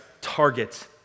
target